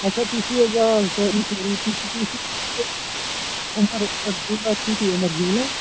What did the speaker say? اچھا تُہۍ چھُو حظ آ سوری سوری تُہۍ چھُو تُہۍ چھُو عُمر عُمر جیوٗلہ چھُو تُہۍ عُمر جیوٗلَر